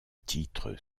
titre